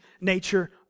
nature